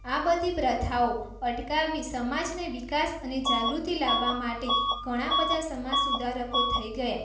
આ બધી પ્રથાઓ અટકાવી સમાજને વિકાસ અને જાગૃતિ લાવવા માટે ઘણા બધા સમાજ સુધારકો થઈ ગયા